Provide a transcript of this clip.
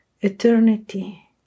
Eternity